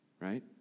right